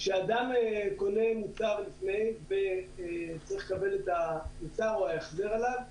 כשאדם קונה מוצר לפני וצריך לקבל את המוצר או את החזר עליו,